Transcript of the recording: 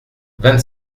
vingt